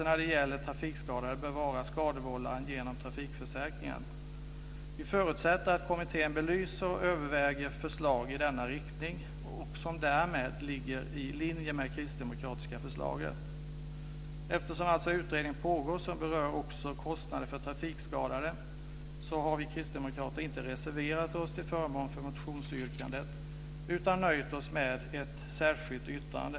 När det gäller trafikskador bör det vara skadevållaren genom trafikförsäkringen. Vi förutsätter att kommittén belyser och överväger förslag i denna riktning, som därmed ligger i linje med det kristdemokratiska förslaget. Eftersom den utredning som pågår berör också kostnader för trafikskadade har vi kristdemokrater inte reserverat oss till förmån för motionsyrkandet utan nöjt oss med ett särskilt yttrande.